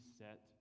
set